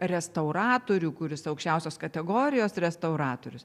restauratorių kuris aukščiausios kategorijos restauratorius